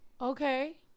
okay